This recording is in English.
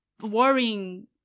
worrying